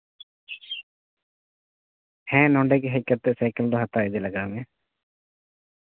ᱦᱮᱸ ᱱᱚᱸᱰᱮ ᱜᱮ ᱦᱮᱡ ᱠᱟᱛᱮ ᱥᱟᱭᱠᱮᱞ ᱫᱚ ᱦᱟᱛᱟᱣ ᱤᱫᱤ ᱞᱟᱜᱟᱣ ᱢᱮᱭᱟ